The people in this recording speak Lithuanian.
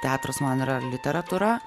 teatras man yra literatūra